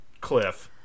cliff